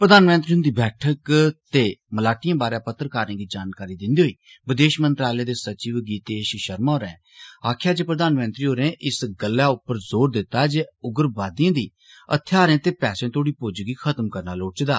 प्रधानमंत्री हुन्दी बैठकें ते मलाटिएं बारै पत्रकारें गी जानकारी दिन्दे होई विदेश मंत्रालय दे सचिव गीतेश शर्मा होरें आक्खेआ जे प्रधानमंत्री होरें इस गल्लै उप्पर जोर दिता जे उग्रवादिएं गी हत्थेयारें ते पैसे तोड़ी पुजज गी खत्म करना लोड़चदा